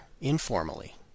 informally